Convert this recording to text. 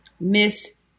Miss